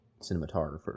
cinematographer